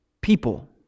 people